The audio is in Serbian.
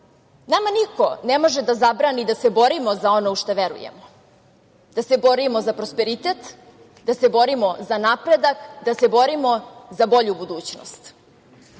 nama niko ne može da zabrani da se borimo za ono u šta verujemo, da se borimo za prosperitet, da se borimo za napredak, da se borimo za bolju budućnost.